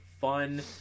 fun